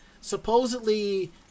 supposedly